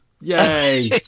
Yay